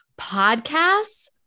Podcasts